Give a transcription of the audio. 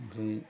ओमफ्राय